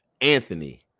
Anthony